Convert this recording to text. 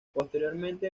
posteriormente